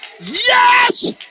Yes